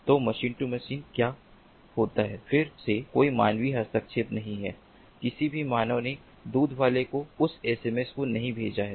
तो machine to machine क्या होता है फिर से कोई मानवीय हस्तक्षेप नहीं है किसी भी मानव ने दूध वाले को उस एसएमएस को नहीं भेजा है